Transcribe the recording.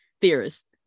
theorists